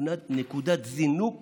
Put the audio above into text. נקודת זינוק